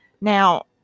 Now